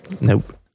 nope